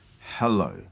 Hello